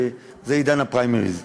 וזה עידן הפריימריז.